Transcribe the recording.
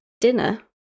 dinner